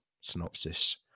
Synopsis